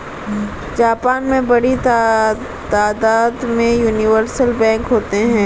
Japan में बड़ी तादाद में यूनिवर्सल बैंक होते हैं